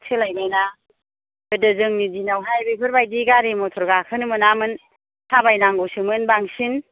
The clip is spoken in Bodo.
बहुत सोलायबायना गोदो जोंनि दिनाव हाय बेफोरबायदि गारि मथर गाखोनो मोनामोन थाबायनांगौसोमोन बांसिन